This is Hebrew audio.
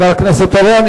חבר הכנסת אורון,